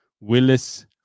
Willis